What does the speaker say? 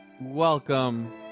welcome